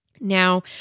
Now